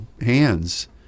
hands